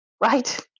Right